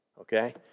Okay